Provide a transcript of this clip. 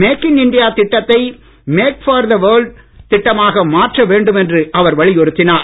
make in India திட்டத்தை make for the world திட்டமாக மாற்ற வேண்டும் என்று அவர் வலியுறுத்தினார்